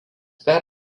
per